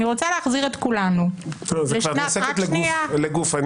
את כבר נכנסת לגופו.